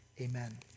Amen